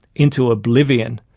into oblivion,